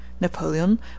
Napoleon